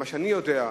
ממה שאני יודע,